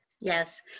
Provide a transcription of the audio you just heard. Yes